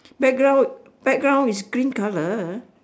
background background is green colour